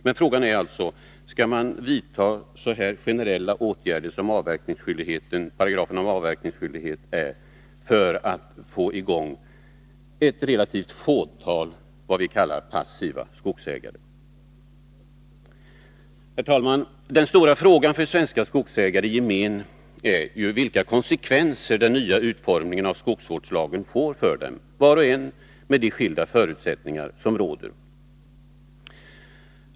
Men frågan är alltså: Skall man vidta sådana här generella åtgärder som paragrafen om avverkningsskyldigheten innebär, för att få fart på relativt få s.k. passiva skogsägare? Herr talman! Den stora frågan för svenska skogsägare i gemen är vilka konsekvenser den nya utformningen av skogsvårdslagen får för dem, var och en med de skilda förutsättningar som råder.